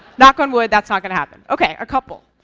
knock on wood, that's not going to happen ok, a couple.